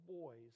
boys